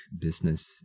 business